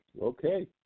Okay